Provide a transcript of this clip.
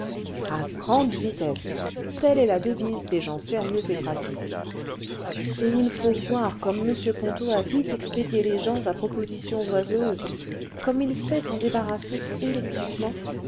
a grande vitesse telle est la dévise des gens sérieux et pratiques et il faut voir comme m ponto a vite expédié les gens à propositions oiseuses comme il sait s'en débarrasser électriquement